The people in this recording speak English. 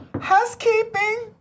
housekeeping